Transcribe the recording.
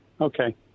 Okay